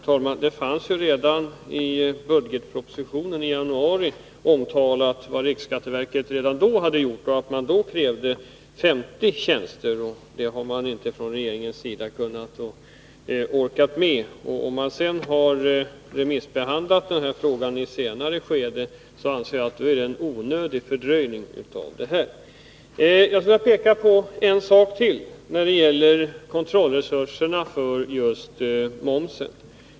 Herr talman! Det omtalades ju redan i budgetpropositionen i januari vad riksskatteverket hade gjort. Då krävde man 50 tjänster, och det orkade regeringen inte med. Om man sedan har remissbehandlat förslaget senare tycker jag det är en onödig fördröjning. Jag skulle vilja visa på ännu en omständighet när det gäller kontrollresurserna för momsen.